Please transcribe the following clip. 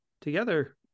together